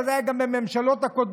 אבל זה היה גם בממשלות הקודמות.